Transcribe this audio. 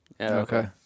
okay